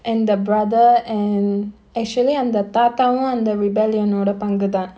and the brother and actually அந்த தாத்தாவும் அந்த:andha thaathaavum andha rebellion ஓட பங்குதா:oda panguthaa